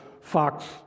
Fox